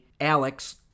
Alex